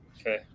Okay